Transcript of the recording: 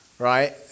Right